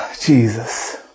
Jesus